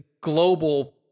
global